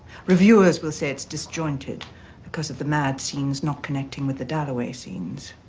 reviewers will say it's disjointed because of the mad scenes not connecting with the dalloway scenes.